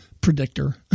predictor